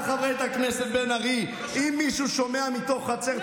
אז שאלה חברת הכנסת בן ארי: אם מישהו שומע צעקות מתוך חצר,